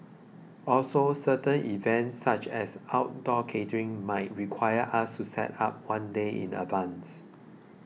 also certain events such as outdoor catering might require us to set up one day in advance